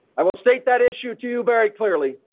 i will state that issue to you very clearly.